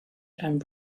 and